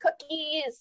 cookies